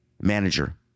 manager